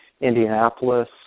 Indianapolis